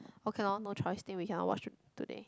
okay lor no choice then we cannot watch it today